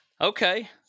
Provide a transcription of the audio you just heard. Okay